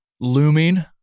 looming